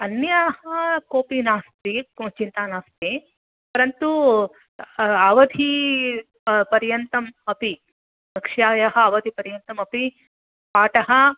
अन्याः कोपि नास्ति चिन्ता नास्ति परन्तु अवधिपर्यन्तम् अपि कक्षायाः अवधिपर्यन्तम् अपि पाठः